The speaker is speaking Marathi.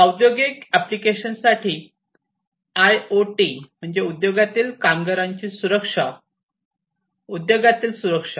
औद्योगिक एप्लिकेशन्ससाठी आयओटी म्हणजे उद्योगातील कामगारांची सुरक्षा उद्योगातील सुरक्षा